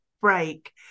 break